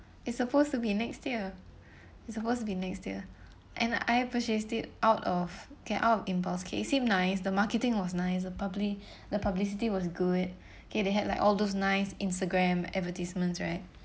it's supposed to be next year it's supposed to be next year and I purchased it out of okay out impulse okay it seems nice the marketing was nice the publi~ the publicity was good okay they had like all those nice Instagram advertisements right